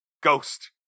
Ghost